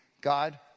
God